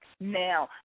now